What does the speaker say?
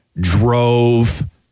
drove